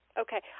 Okay